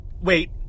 Wait